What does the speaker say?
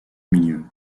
milieu